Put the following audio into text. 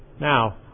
Now